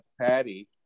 Patty